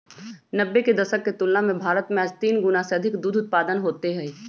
नब्बे के दशक के तुलना में भारत में आज तीन गुणा से अधिक दूध उत्पादन होते हई